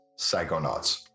Psychonauts